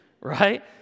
right